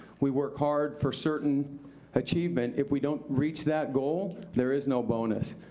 we work hard for certain achievement. if we don't reach that goal, there is no bonus.